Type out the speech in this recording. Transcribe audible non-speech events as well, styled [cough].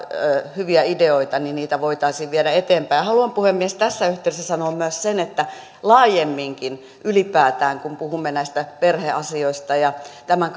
hyviä ideoita niitä voitaisiin viedä eteenpäin haluan puhemies tässä yhteydessä sanoa myös sen että laajemminkin ylipäätään kun puhumme perheasioista ja tämän [unintelligible]